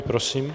Prosím.